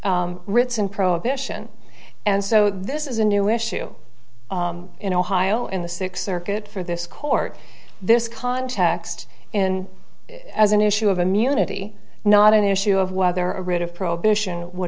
writs and prohibition and so this is a new issue in ohio in the six circuit for this court this context in as an issue of immunity not an issue of whether a writ of prohibition would